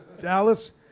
Dallas